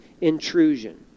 intrusion